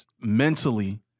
mentally